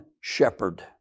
shepherd